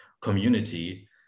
community